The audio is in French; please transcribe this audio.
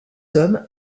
hommes